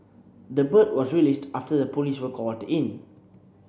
the bird was released after the police were called in